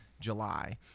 July